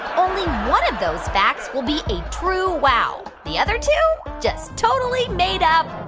only one of those facts will be a true wow. the other two just totally made up